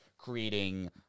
creating